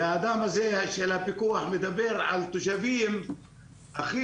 האדם הזה של הפיקוח מדבר על תושבים הכי